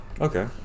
Okay